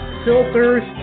filters